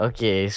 Okay